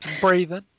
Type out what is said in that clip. breathing